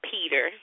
Peter